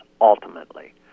ultimately